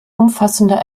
umfassender